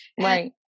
right